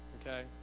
okay